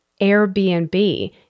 Airbnb